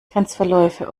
grenzverläufe